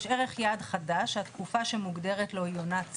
יש ערך יעד חדש שהתקופה שמוגדרת לו היא עונת שיא.